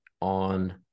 on